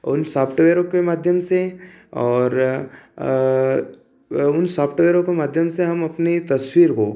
उन सॉफ्टवेयरों के माध्यम से और उन सॉफ्टवेयरों के माध्यम से हम अपनी तस्वीर को